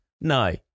No